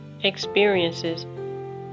experiences